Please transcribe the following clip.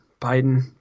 Biden